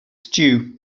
stew